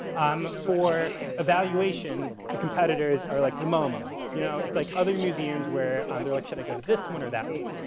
um for evaluation the competitors are like the moma, you know, it's like other museums where um they're like, should i go to this one or that one?